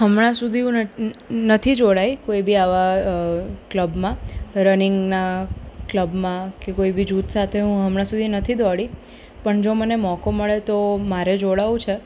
હમણાં સુધી હું નથી જોડાઈ કોઈ બી આવા ક્લબમાં રનીંગના ક્લબમાં કે કોઇ બી જૂથ સાથે હું હમણાં સુધી નથી દોડી પણ જો મને મોકો મળે તો મારે જોડાવવું છે